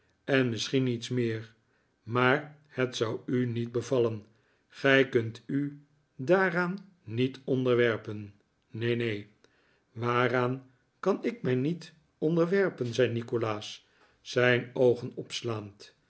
en misschien iets meer maar het zou u niet bevallen gij kunt u daaraan niet onderwerpen neen neen waaraan kan ik mij niet onderwerpen zei nikolaas zijn oogen opslaand